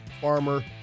Farmer